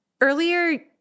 Earlier